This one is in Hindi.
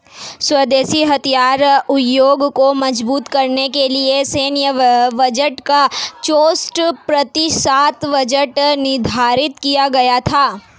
स्वदेशी हथियार उद्योग को मजबूत करने के लिए सैन्य बजट का चौसठ प्रतिशत बजट निर्धारित किया गया था